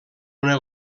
una